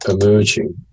emerging